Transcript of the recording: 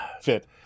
fit